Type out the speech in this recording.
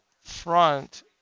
front